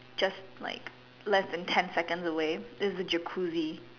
just like less than ten seconds away is the jacuzzi